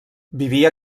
vivia